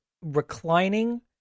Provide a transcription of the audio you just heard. reclining